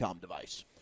device